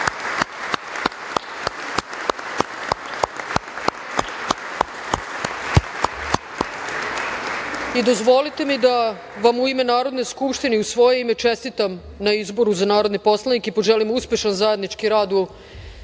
zakletve. Dozvolite mi da vam u ime Narodne skupštine i u svoje ime čestitam na izboru za narodne poslanike i poželim uspešan zajednički rad u